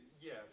Yes